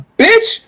bitch